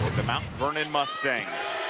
the mount vernon mustangs